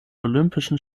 olympischen